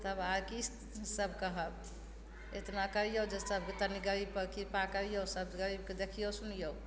तब आर की सब कहब एतना करियौ जे सब तनी गरीपर कृपा करियौ सब गरीबके देखियौ सुनियौ